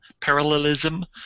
parallelism